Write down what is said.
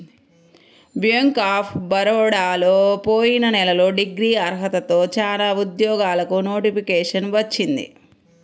bank of బరోడాలో పోయిన నెలలో డిగ్రీ అర్హతతో చానా ఉద్యోగాలకు నోటిఫికేషన్ వచ్చింది